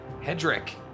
Hedrick